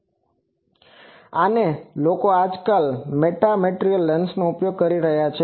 અને તો આ તે લોકો આજકાલ મેટામેટ્રિયલ લેન્સનો ઉપયોગ કરી રહ્યાં છે